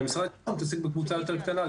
ומשרד ההתיישבות מתעסק בקבוצה יותר קטנה,